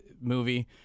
movie